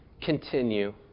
continue